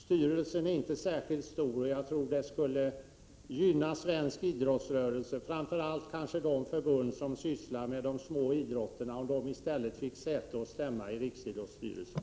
Styrelsen är inte särskilt stor, och jag tror det skulle gynna svensk idrottsrörelse — kanske framför allt de förbund som sysslar med de små idrotterna — om i stället de fick säte och stämma i riksidrottsstyrelsen.